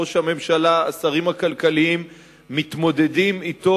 ראש הממשלה והשרים הכלכליים מתמודדים אתו